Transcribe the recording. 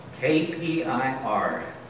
KPIR